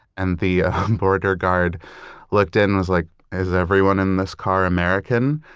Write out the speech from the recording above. and the border guard looked in, was like, is everyone in this car american?